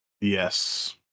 Yes